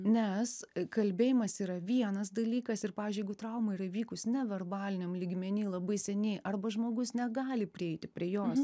nes kalbėjimas yra vienas dalykas ir pavyzdžiui jeigu trauma yra įvykus neverbaliniam lygmeny labai seniai arba žmogus negali prieiti prie jos